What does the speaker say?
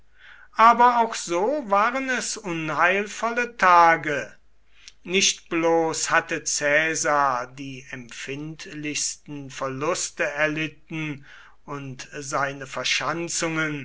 aber auch so waren es unheilvolle tage nicht bloß hatte caesar die empfindlichsten verluste erlitten und seine verschanzungen